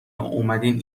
واومدین